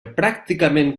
pràcticament